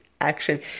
action